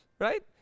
right